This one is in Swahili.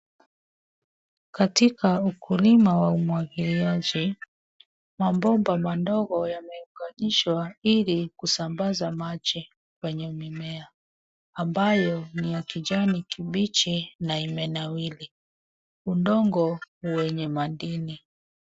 Katika ukulima wa umwagiliaji wa mboga madogo yameunganishwa ili kusambaza maji kwenye mimmea ambalo ni ya kijani kibichi na imenawiri ,udongo ni wenye madini.